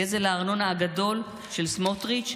גזל הארנונה הגדול של סמוטריץ',